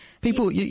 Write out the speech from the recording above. People